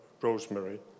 Rosemary